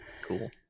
Cool